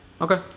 Okay